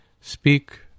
speak